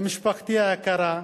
למשפחתי היקרה,